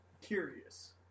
curious